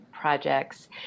projects